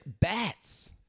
bats